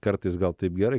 kartais gal taip gerai